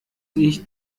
ich